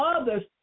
others